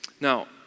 Now